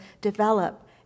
develop